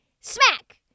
Smack